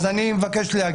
אני מבקש להגיב.